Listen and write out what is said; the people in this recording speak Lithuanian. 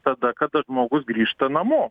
tada kada žmogus grįžta namo